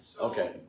Okay